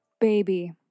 baby